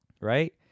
Right